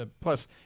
Plus